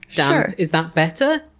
damp. is that better?